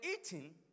eating